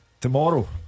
tomorrow